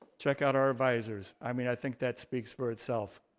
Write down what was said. check out our advisors. i mean i think that speaks for itself.